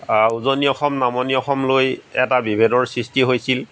উজনি অসম নামনি অসমলৈ এটা বিভেদৰ সৃষ্টি হৈছিল